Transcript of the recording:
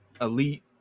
elite